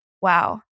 wow